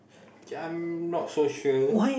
okay I'm not so sure